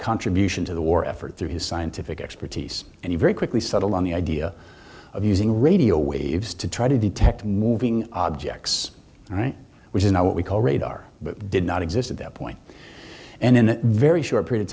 contribution to the war effort through his scientific expertise and he very quickly settled on the idea of using radio waves to try to detect moving objects right which is what we call radar but did not exist at that point and in the very short period